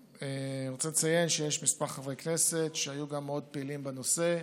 רוצה לציין שיש כמה חברי כנסת שהיו מאוד פעילים בנושא,